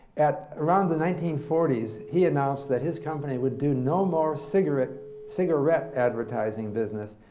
at around the nineteen forty s, he announced that his company would do no more cigarette cigarette advertising business,